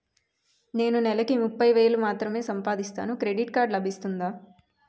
నేను నెల కి ముప్పై వేలు మాత్రమే సంపాదిస్తాను క్రెడిట్ కార్డ్ లభిస్తుందా?